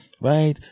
right